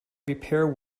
repair